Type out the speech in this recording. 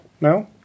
No